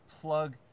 plug